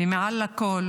ומעל הכול